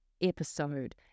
episode